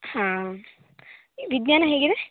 ಹಾಂ ವಿಜ್ಞಾನ ಹೇಗಿದೆ